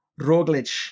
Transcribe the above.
Roglic